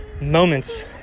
moments